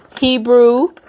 Hebrew